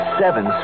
seven